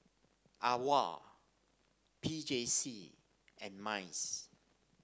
AWOL P J C and MICE